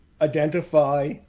identify